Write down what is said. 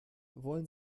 wollen